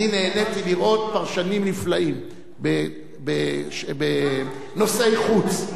נהניתי לראות פרשנים נפלאים בנושאי חוץ.